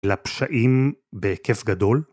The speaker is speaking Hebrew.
לפשעים בהיקף גדול.